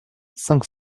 cinq